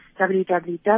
www